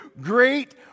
great